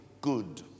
good